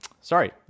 Sorry